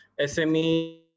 SME